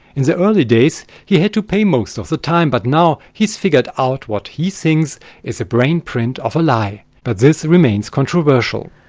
in the early days he had to pay most of the time, but now he's figures out what he thinks is a brain-print of a lie. but this remains controversial.